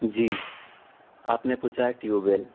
جی آپ نے پوچھا ہے ٹیوب ویل